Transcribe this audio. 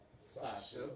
Sasha